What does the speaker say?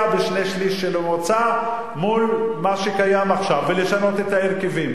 בשני-שלישים של מועצה מול מה שקיים עכשיו ולשנות את ההרכבים?